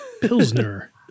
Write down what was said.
Pilsner